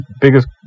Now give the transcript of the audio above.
biggest